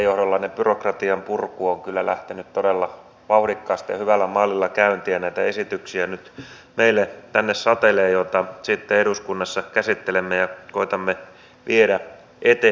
teidän johdollanne byrokratianpurku on kyllä lähtenyt todella vauhdikkaasti ja hyvällä mallilla käyntiin ja tänne meille nyt satelee näitä esityksiä joita sitten eduskunnassa käsittelemme ja koetamme viedä eteenpäin